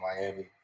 Miami